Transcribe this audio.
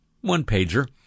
one-pager